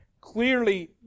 clearly